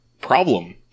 problem